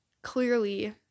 clearly